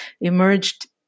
emerged